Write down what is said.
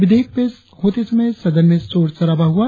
विधेयक पेश होते समय सदन में शोर शराबा हुआ